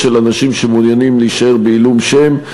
של אנשים המעוניינים להישאר בעילום שם,